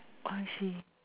I see